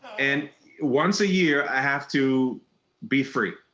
and once a year i have to be free,